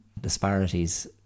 disparities